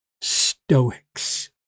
stoics